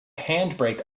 handbrake